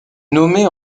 nommée